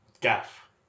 Gaff